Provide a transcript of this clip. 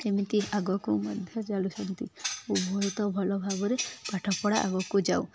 ଏମିତି ଆଗକୁ ମଧ୍ୟ ଚାଲୁଛନ୍ତି ଓ ବହୁତ ଭଲ ଭାବରେ ପାଠପଢ଼ା ଆଗକୁ ଯାଉ